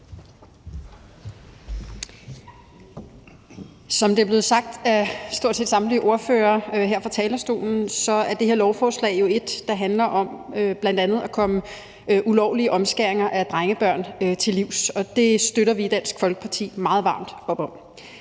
Som det er blevet sagt af stort set samtlige ordførere her fra talerstolen, er det her lovforslag jo et forslag, der handler om bl.a. at komme ulovlige omskæringer af drengebørn til livs, og det støtter vi i Dansk Folkeparti meget varmt op om.